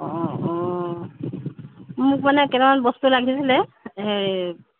অঁ অঁ মোক মানে কেইটামান বস্তু লাগিছিলে